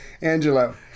Angelo